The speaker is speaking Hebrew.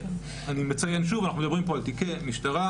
אני מציין שוב אנחנו מדברים פה על תיקי משטרה,